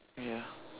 ya